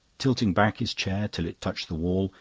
tilting back his chair till it touched the wall,